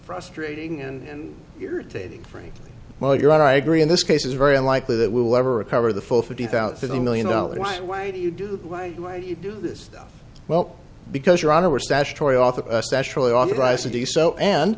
frustrating and irritating frankly well you're right i agree in this case is very unlikely that we will ever recover the full fifty thousand million dollars why do you do why you do this stuff well because you're on our statutory author specially on the price to do so and